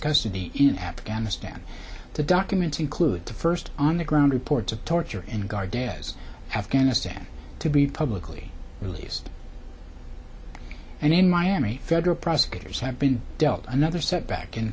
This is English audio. custody in afghanistan the documents include the first on the ground reports of torture in gardez afghanistan to be publicly released and in miami federal prosecutors have been dealt another setback